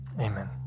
amen